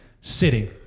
Sitting